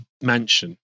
mansion